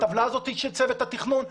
הטבלה הזאת היא של צוות התכנון.